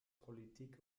politik